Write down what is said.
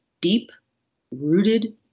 deep-rooted